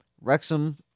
Wrexham